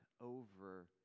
over